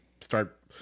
start